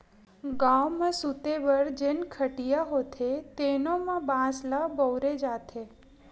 गाँव म सूते बर जेन खटिया होथे तेनो म बांस ल बउरे जाथे